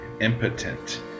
impotent